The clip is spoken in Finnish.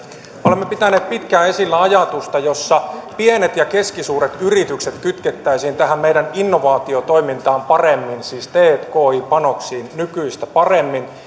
olemme pitäneet pitkään esillä ajatusta jossa pienet ja keskisuuret yritykset kytkettäisiin tähän meidän innovaatiotoimintaan paremmin siis tki panoksiin nykyistä paremmin